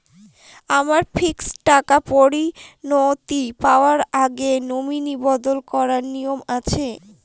আমার ফিক্সড টাকা পরিনতি পাওয়ার আগে নমিনি বদল করার নিয়ম আছে?